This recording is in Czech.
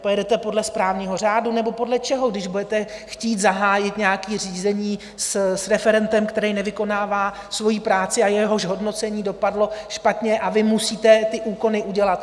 Pojedete podle správního řádu, nebo podle čeho, když budete chtít zahájit nějaké řízení s referentem, který nevykonává svoji práci, jehož hodnocení dopadlo špatně a vy musíte ty úkony udělat?